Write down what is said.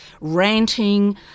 ranting